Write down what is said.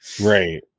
Right